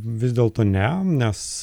vis dėlto ne nes